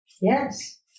Yes